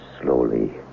slowly